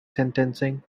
sentencing